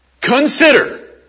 consider